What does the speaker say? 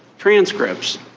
transcripts